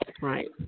right